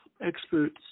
experts